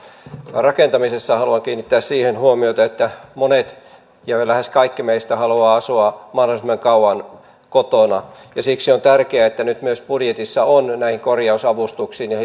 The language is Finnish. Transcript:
rakentamisessa haluan kiinnittää siihen huomiota että monet lähes kaikki meistä haluavat asua mahdollisimman kauan kotona siksi on tärkeää että nyt budjetissa on näihin korjausavustuksiin ja